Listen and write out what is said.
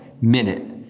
minute